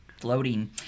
floating